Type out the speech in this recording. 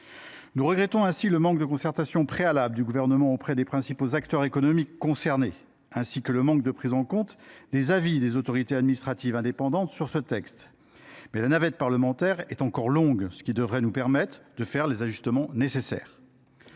Nous regrettons le manque de concertation préalable de la part du Gouvernement avec les principaux acteurs économiques concernés, ainsi que le manque de prise en compte des avis des autorités administratives indépendantes sur ce texte, mais la navette parlementaire est encore longue, ce qui devrait nous permettre de procéder aux ajustements nécessaires.